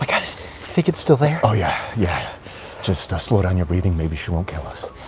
think it's still there? ah yeah yeah, just slow down your breathing, maybe she won't kill us.